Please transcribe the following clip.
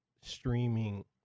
streaming